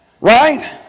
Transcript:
right